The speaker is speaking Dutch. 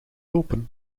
lopen